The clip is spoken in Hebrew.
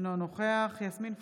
אינו נוכח יסמין פרידמן,